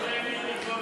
תודה רבה.